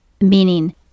Meaning